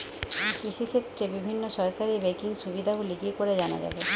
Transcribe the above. কৃষিক্ষেত্রে বিভিন্ন সরকারি ব্যকিং সুবিধাগুলি কি করে জানা যাবে?